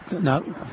No